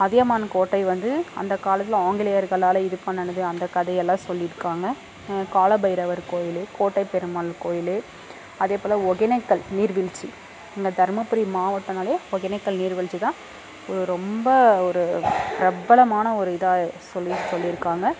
அதியமான் கோட்டை வந்து அந்த காலத்தில் ஆங்கிலேயர்களால் இது பண்ணிணது அந்த கதையெல்லாம் சொல்லியிருக்காங்க கால பைரவர் கோயில் கோட்டை பெருமாள் கோயில் அதே போல் ஒகேனக்கல் நீர் வீழ்ச்சி நம்ம தருமபுரி மாவட்டம்னாலே ஒகேனக்கல் நீர் வீழ்ச்சி தான் ஒரு ரொம்ப ஒரு பிரபலமான ஒரு இதாக சொல்லி சொல்லியிருக்காங்க